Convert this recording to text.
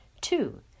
Two